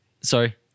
Sorry